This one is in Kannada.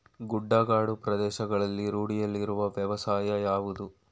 ಗುಡ್ಡಗಾಡು ಪ್ರದೇಶಗಳಲ್ಲಿ ರೂಢಿಯಲ್ಲಿರುವ ವ್ಯವಸಾಯ ಯಾವುದು?